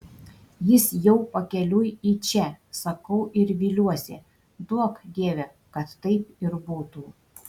jis jau pakeliui į čia sakau ir viliuosi duok dieve kad taip ir būtų